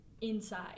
inside